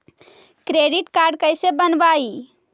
Credit card कैसे बनवाई?